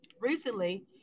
recently